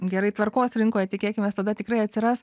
gerai tvarkos rinkoje tikėkimės tada tikrai atsiras